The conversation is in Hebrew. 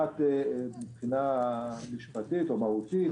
מבחינה משפטית או מהותית